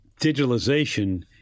digitalization